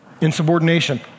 insubordination